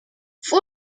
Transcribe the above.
fue